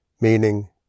meaning